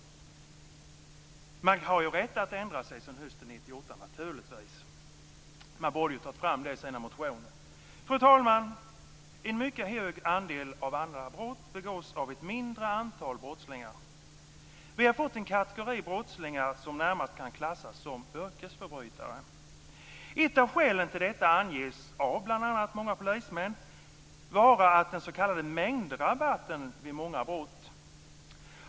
Man har naturligtvis rätt att ändra sig efter hösten 1998. Man borde ju ha tagit med det i sina motioner. Fru talman! En mycket stor andel av alla brott begås av ett mindre antal brottslingar. Vi har fått en kategori brottslingar som närmast kan klassas som yrkesförbrytare. Ett av skälen till detta anges, bl.a. av många polismän, vara den s.k. mängdrabatten vid många brott.